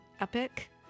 epic